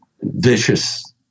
vicious